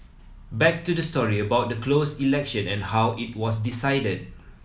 back to the story about the closed election and how it was decided